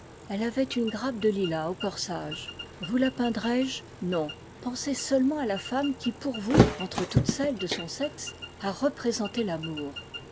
elle avait une grappe de lilas au corsage yous la peindrai je non pensez seulement à la femme qui pour vous entre toutes celles de son sexe a représenté l'amour